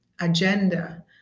agenda